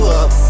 up